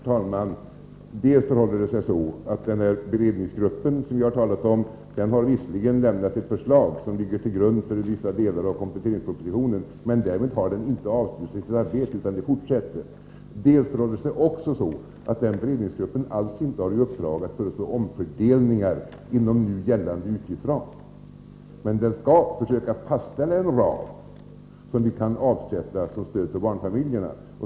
Herr talman! Dels förhåller det sig så att den beredningsgrupp som vi har talat om visserligen har lämnat ett förslag som ligger till grund för vissa delar av kompletteringspropositionen, men därmed har den inte avslutat sitt arbete, utan det fortsätter. Dels förhåller det sig så att denna beredningsgrupp alls inte har i uppdrag att föreslå omfördelningar inom nu gällande utgiftsram. Men den skall försöka fastställa en ram för vad vi kan avsätta som stöd till barnfamiljerna.